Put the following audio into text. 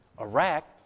Iraq